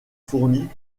fournis